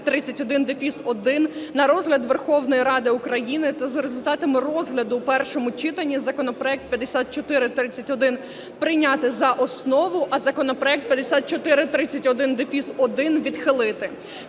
законопроект 5431 та 5431-1 на розгляд Верховної Ради України та за результатами розгляду в першому читанні законопроект 5431 прийняти за основу, а законопроект 5431-1 відхилити.